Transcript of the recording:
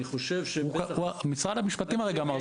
אני חושב --- משרד המשפטים הרגע אמר,